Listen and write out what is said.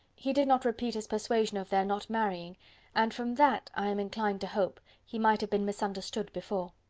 he did not repeat his persuasion of their not marrying and from that, i am inclined to hope, he might have been misunderstood before.